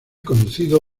conducido